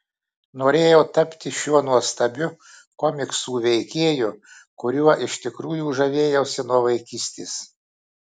norėjau tapti šiuo nuostabiu komiksų veikėju kuriuo iš tikrųjų žavėjausi nuo vaikystės